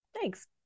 Thanks